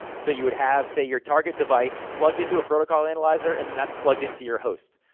so, you would have, say your target device plugged into a protocol analyzer, and then that's plugged into your host.